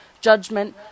judgment